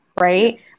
right